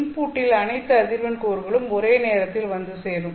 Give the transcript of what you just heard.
இன்புட்டின் அனைத்து அதிர்வெண் கூறுகளும் ஒரே நேரத்தில் வந்து சேரும்